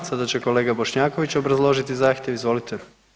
Sada će kolega Bošnjaković obrazložiti zahtjev, izvolite.